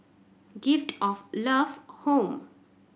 Gift of Love Home